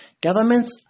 governments